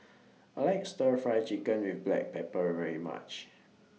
I like Stir Fry Chicken with Black Pepper very much